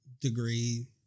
degree